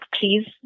please